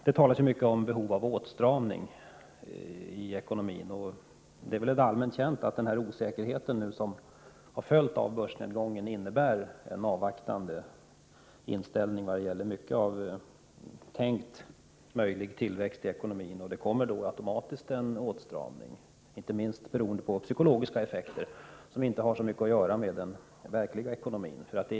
Det talas mycket om behov av åtstramning i ekonomin, och det är väl allmänt känt att osäkerheten efter börsnedgången medfört en avvaktande inställning i bedömningarna av den möjliga tillväxten i ekonomin. Det kommer automatiskt en åtstramning, inte minst beroende på psykologiska faktorer, som inte har så mycket att göra med verkliga ekonomiska förhållanden.